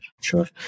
Sure